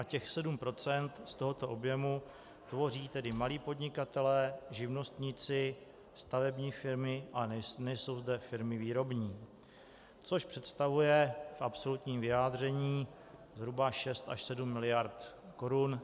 Těch 7 % z tohoto objemu tvoří tedy malí podnikatelé, živnostníci, stavební firmy a nejsou zde firmy výrobní, což představuje v absolutním vyjádření zhruba 6 až 7 mld. Kč.